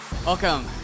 Welcome